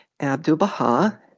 Abdu'l-Baha